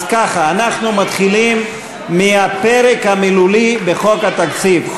אז ככה, אנחנו מתחילים מהפרק המילולי בחוק התקציב.